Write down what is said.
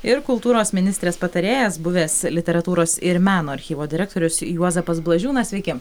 ir kultūros ministrės patarėjas buvęs literatūros ir meno archyvo direktorius juozapas blažiūnas sveiki